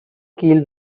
keel